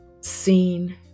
seen